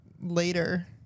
later